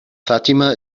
fatima